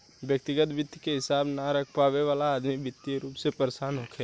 व्यग्तिगत वित्त के हिसाब न रख पावे वाला अदमी वित्तीय रूप से परेसान होखेलेन